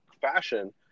fashion